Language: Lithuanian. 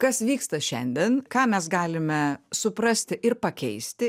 kas vyksta šiandien ką mes galime suprasti ir pakeisti